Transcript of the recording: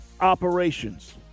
operations